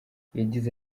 yagize